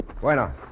Bueno